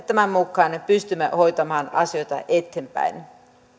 tämän mukaan me pystymme hoitamaan asioita eteenpäin